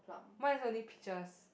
mine is only pictures